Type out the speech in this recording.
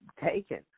taken